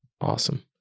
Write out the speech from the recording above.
awesome